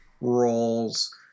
roles